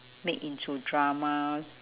make into dramas